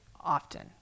often